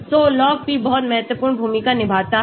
तो log p बहुत महत्वपूर्ण भूमिका निभाता है